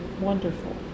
wonderful